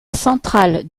centrales